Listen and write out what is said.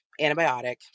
antibiotic